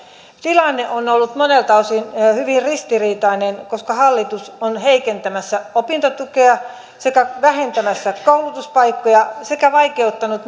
tilanne on ollut monelta osin hyvin ristiriitainen koska hallitus on heikentämässä opintotukea vähentämässä koulutuspaikkoja sekä vaikeuttanut